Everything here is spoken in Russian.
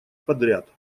подряд